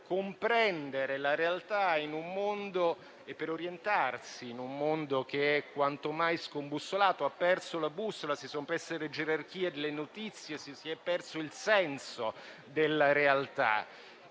per orientarsi in un mondo che è quanto mai scombussolato, ha perso la bussola (si sono perse le gerarchie delle notizie, si è perso il senso della realtà)